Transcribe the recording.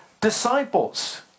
disciples